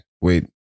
wait